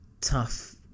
tough